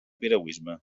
piragüisme